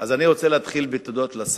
אני רוצה להתחיל בתודות לשר,